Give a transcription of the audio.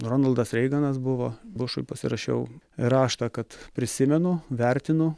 ronaldas reiganas buvo bušui pasirašiau raštą kad prisimenu vertinu